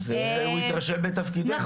אז הוא התרשל בתפקידו.